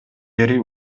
бери